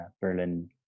Berlin